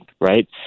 right